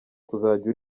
kuzajya